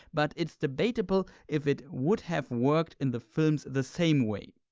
but it's debatable if it would have worked in the films the same way.